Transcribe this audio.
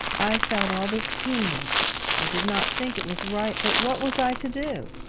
i felt all this keenly i did not think it was right but what was i to do?